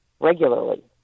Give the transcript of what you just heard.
regularly